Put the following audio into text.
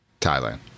Thailand